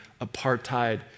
apartheid